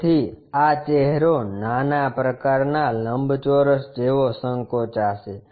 તેથી આ ચહેરો નાના પ્રકારના લંબચોરસ જેવો સંકોચાશે